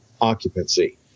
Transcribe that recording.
occupancy